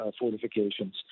fortifications